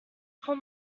pull